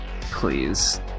Please